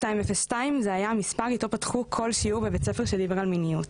1202 זה היה המספר איתו פתחו כל שיעור בבית הספר שדיבר על מיניות,